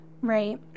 right